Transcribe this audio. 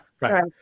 right